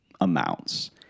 amounts